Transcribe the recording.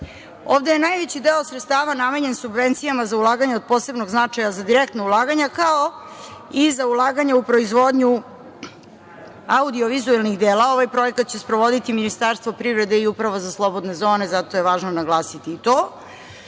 zona. Ovde je najveći deo sredstava namenjen subvencijama za ulaganja od posebnog značaja za direktna ulaganja, kao i za ulaganja u proizvodnju audio-vizuelnih delova. Ovaj projekat će sprovoditi Ministarstvo privrede i Uprava za slobodne zone, zato je važno naglasiti i